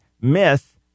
myth